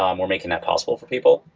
um we're making that possible for people.